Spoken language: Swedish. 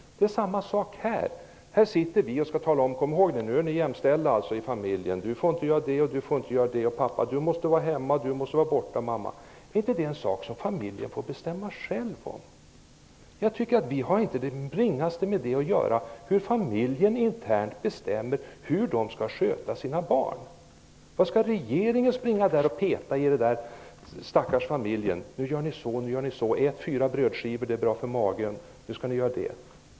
Det är samma sak här; här sitter vi och säger: Kom ihåg nu att ni är jämställda i familjen! Du som är pappa måste vara hemma, och du som är mamma måste vara borta! Är inte det en sak som familjen skall bestämma själv? Vi har inte det ringaste med det att göra. Det är familjen som internt bestämmer hur man skall sköta sina barn. Varför skall regeringen vara där med pekpinnen för den stackars familjen: Nu skall ni göra si och nu skall ni göra så! Ät fyra brödskivor om dagen -- det är bra för magen!